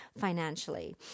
financially